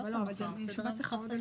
שעלה בבוקר, הנושא של נותן השירותים.